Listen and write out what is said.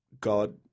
God